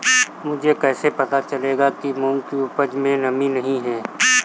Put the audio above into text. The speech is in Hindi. मुझे कैसे पता चलेगा कि मूंग की उपज में नमी नहीं है?